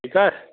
ठीकु आहे